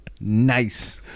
Nice